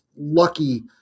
lucky